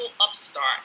upstart